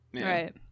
Right